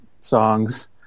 songs